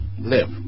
live